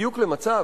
בדיוק למצב,